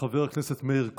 חבר הכנסת מאיר כהן.